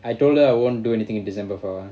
I told her I won't do anything in december for awhile